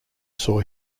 saw